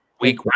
Week